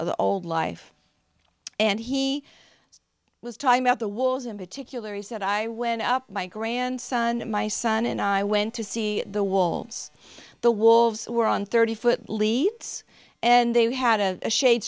of the old life and he was talking about the walls in particular he said i went up my grandson my son and i went to see the wolves the wolves were on thirty foot leaves and they had a shade